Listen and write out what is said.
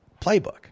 playbook